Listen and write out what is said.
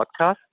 podcast